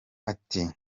ati